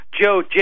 Joe